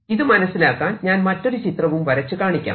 ഇത് മനസിലാക്കാൻ ഞാൻ മറ്റൊരു ചിത്രവും വരച്ചു കാണിക്കാം